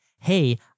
Hey